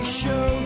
show